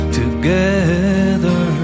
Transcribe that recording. together